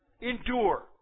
Endure